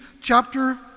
chapter